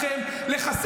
מהחיים.